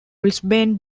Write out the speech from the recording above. brisbane